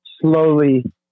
slowly